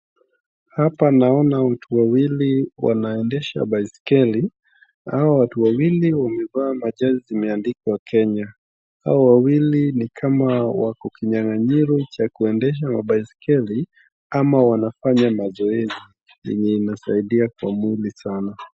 Hapa naona watu wawili wanaendesha baiskeli hao watu wawili wamevaa ma jezizim eandikwa Kenya hao wawili ni kama wako kinyang'anyiro cha kuondesha baiskeli ama wanafanya mazoezi yenye inasaidia kwa mwili sana.